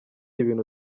ibintu